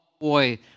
boy